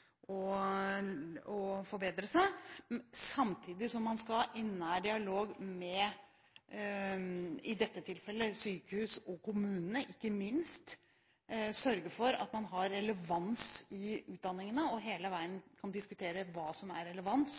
ikke minst kommunene sørge for at man har relevans i utdanningene og hele veien kan diskutere hva som er relevans.